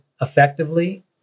effectively